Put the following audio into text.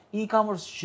e-commerce